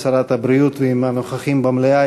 עם שרת הבריאות ועם הנוכחים במליאה,